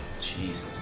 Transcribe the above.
Jesus